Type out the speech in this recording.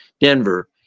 Denver